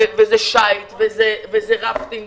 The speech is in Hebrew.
שייט, רפטינג